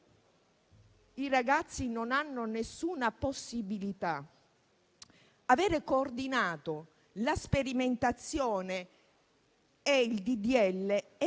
i ragazzi non hanno nessuna possibilità, ma aver coordinato la sperimentazione e il